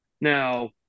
Now